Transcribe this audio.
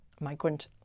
migrant